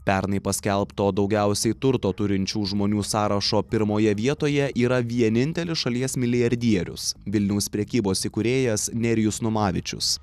pernai paskelbto daugiausiai turto turinčių žmonių sąrašo pirmoje vietoje yra vienintelis šalies milijardierius vilniaus prekybos įkūrėjas nerijus numavičius